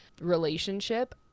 relationship